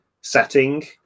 setting